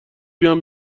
بیام